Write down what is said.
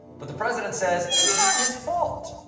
but the president says, it's not his fault.